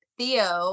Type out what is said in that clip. Theo